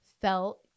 felt